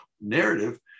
narrative